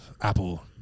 Apple